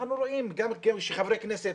אנחנו רואים גם שחברי כנסת